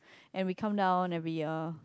and we countdown every year